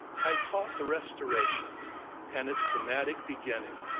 i taught the restoration and its dramatic beginning,